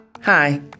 Hi